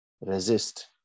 Resist